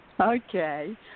Okay